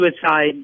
suicides